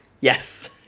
Yes